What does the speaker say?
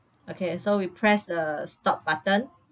okay so we press the stop button